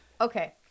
Okay